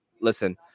Listen